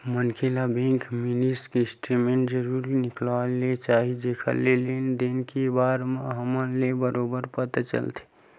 मनखे ल bank mini statement जरूर निकलवा ले चाही जेखर ले लेन देन के बार म हमन ल बरोबर पता चलथे